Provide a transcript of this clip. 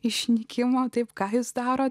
išnykimo taip ką jis daro